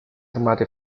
armate